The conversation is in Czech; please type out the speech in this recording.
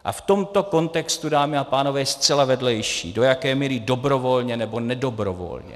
A v tomto kontextu, dámy a pánové, je zcela vedlejší, do jaké míry dobrovolně nebo nedobrovolně.